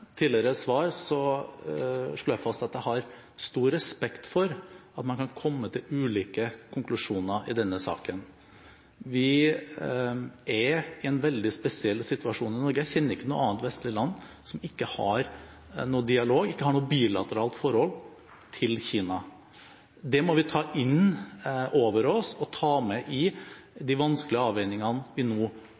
tidligere svar slo jeg fast at jeg har stor respekt for at man kan komme til ulike konklusjoner i denne saken. Vi er i en veldig spesiell situasjon i Norge. Jeg kjenner ikke til noe annet vestlig land som ikke har noe dialog med, og som ikke har noe bilateralt forhold til Kina. Det må vi ta inn over oss og ta med i de vanskelige avveiningene vi nå